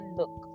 look